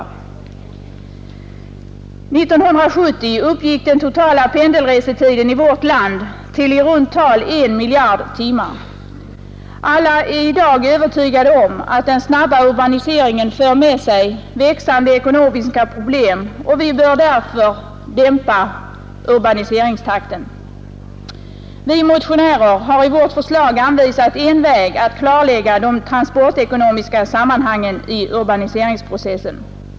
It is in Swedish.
År 1970 uppgick den totala pendelresetiden i vårt land till i runt tal 1 miljard timmar. Alla är i dag övertygade om att den snabba urbaniseringen för med sig växande ekonomiska problem, och vi bör därför dämpa urbaniseringstakten. Vi motionärer har i vårt förslag anvisat en väg att klarlägga de transportekonomiska sammanhangen i urbaniseringsprocessen.